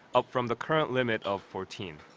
up from the current limit of fourteen.